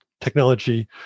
technology